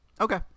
Okay